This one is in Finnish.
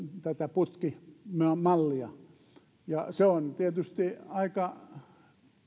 putkimallia se on tietysti aika